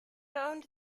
owned